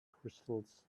crystals